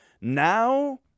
Now